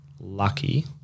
lucky